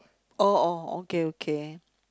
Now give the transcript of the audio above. oh oh okay okay